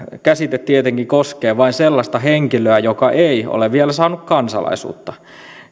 käsite tietenkin koskee vain sellaista henkilöä joka ei ole vielä saanut kansalaisuutta